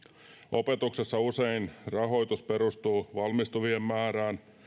opetuksessa usein rahoitus perustuu valmistuvien määrään